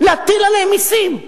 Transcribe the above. להטיל עליהם מסים,